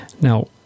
Now